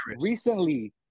recently